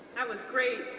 was great.